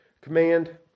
command